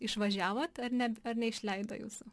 išvažiavot ar ne ar neišleido jūsų